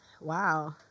Wow